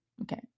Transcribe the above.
Okay